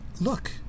look